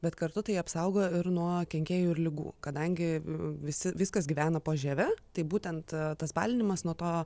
bet kartu tai apsaugo ir nuo kenkėjų ir ligų kadangi visi viskas gyvena po žieve tai būtent tas balinimas nuo to